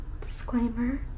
disclaimer